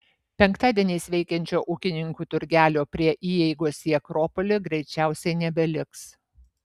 penktadieniais veikiančio ūkininkų turgelio prie įeigos į akropolį greičiausiai nebeliks